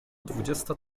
dwudziesta